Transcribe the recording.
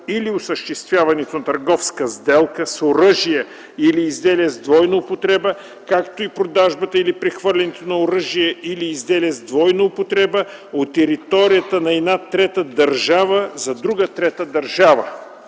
или осъществяването на търговска сделка с оръжия или изделия с двойна употреба, както и продажбата или прехвърлянето на оръжия или изделия с двойна употреба от територията на една трета държава за друга трета държава.”